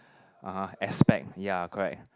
(uh huh) aspect ya correct